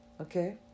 okay